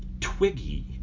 Twiggy